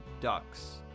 ducks